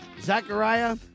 Zachariah